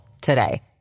today